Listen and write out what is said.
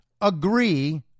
agree